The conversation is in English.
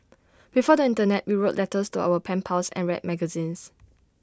before the Internet we wrote letters to our pen pals and read magazines